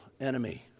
enemy